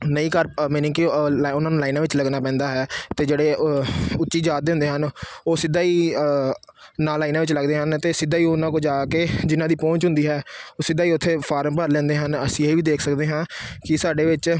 ਨਹੀਂ ਕਰ ਅ ਮੀਨਿੰਗ ਕਿ ਲਾ ਉਹਨਾਂ ਨੂੰ ਲਾਈਨਾਂ ਵਿੱਚ ਲੱਗਣਾ ਪੈਂਦਾ ਹੈ ਅਤੇ ਜਿਹੜੇ ਉੱਚੀ ਜਾਤ ਦੇ ਹੁੰਦੇ ਹਨ ਉਹ ਸਿੱਧਾ ਹੀ ਨਾ ਲਾਈਨਾਂ ਵਿੱਚ ਲੱਗਦੇ ਹਨ ਅਤੇ ਸਿੱਧਾ ਹੀ ਉਹਨਾਂ ਕੋਲ ਜਾ ਕੇ ਜਿਨ੍ਹਾਂ ਦੀ ਪਹੁੰਚ ਹੁੰਦੀ ਹੈ ਉਹ ਸਿੱਧਾ ਹੀ ਉੱਥੇ ਫਾਰਮ ਭਰ ਲੈਂਦੇ ਹਨ ਅਸੀਂ ਇਹ ਵੀ ਦੇਖ ਸਕਦੇ ਹਾਂ ਕਿ ਸਾਡੇ ਵਿੱਚ